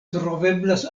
troveblas